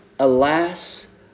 Alas